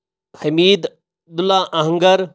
حمید Abdullah اہنگر